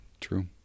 True